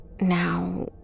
Now